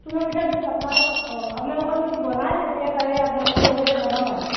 চুঙা পিঠাটো যদি আপোনালোকৰ অ আপোনালোকৰ যদি বনায় তেতিয়া তাৰে আপোনালোকৰ লগতে বনাম আৰু